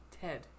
Ted